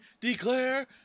declare